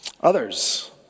Others